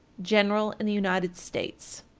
general in the united states.